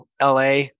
LA